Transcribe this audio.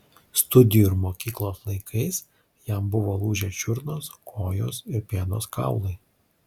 studijų ir mokyklos laikais jam buvo lūžę čiurnos kojos ir pėdos kaulai